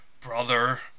brother